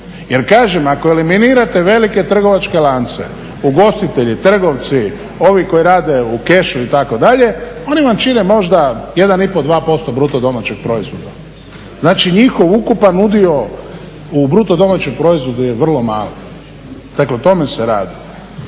jer kažem ako eliminirate velike trgovačke lance, ugostitelji, trgovci, ovi koji rade u kešu itd., oni vam čine možda 1,5-2% BDP-a. Znači njihov ukupan udio u BDP-u je vrlo mali, dakle o tome se radi.